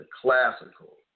classical